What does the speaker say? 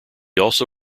also